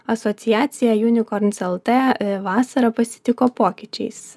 asociacija unicorns lt vasarą pasitiko pokyčiais